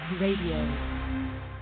Radio